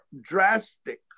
drastic